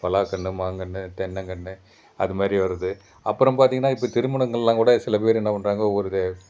பலாக்கன்று மாங்கன்று தென்னங்கன்று அது மாதிரி வருது அப்புறம் பார்த்தீங்கன்னா இப்போ திருமணங்கள்லலாம் கூட சில பேர் என்ன பண்ணுறாங்க ஒவ்வொரு